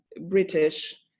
British